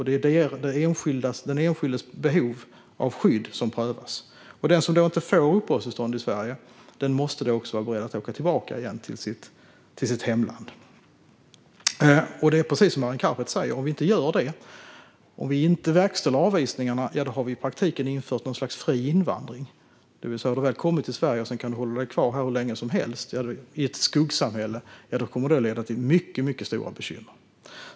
Det är den enskildes behov av skydd som prövas. Den som inte får uppehållstillstånd i Sverige måste vara beredd att åka tillbaka till sitt hemland. Det är precis som Arin Karapet säger. Om vi inte verkställer avvisningarna har vi i praktiken infört något slags fri invandring. Om man har kommit till Sverige och sedan kan hålla sig kvar här hur länge som helst, i ett skuggsamhälle, kommer det leda till mycket stora bekymmer.